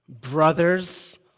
brothers